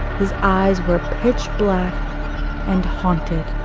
his eyes were pitch black and haunted.